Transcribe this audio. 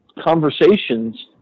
conversations